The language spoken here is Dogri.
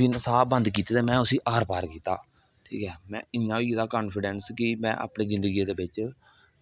बिना साह् बंद कीते दे में आर पार कीता में इन्ना होई गेदा हा कान्फीडैंस बिच